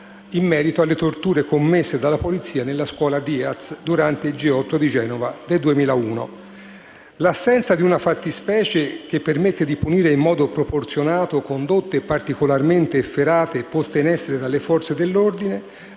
in merito alle torture commesse dalla polizia nella scuola Diaz durante il G8 di Genova del 2001. L'assenza di una fattispecie che permette di punire in modo proporzionato condotte particolarmente efferate poste in essere dalle Forze dell'ordine